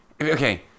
Okay